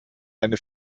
eine